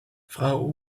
frau